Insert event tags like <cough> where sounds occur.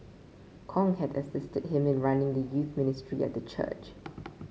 Kong had assisted him in running the youth ministry at the church <noise>